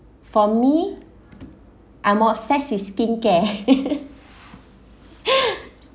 for me I'm obsessed with skincare